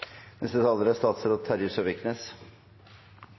Neste taler er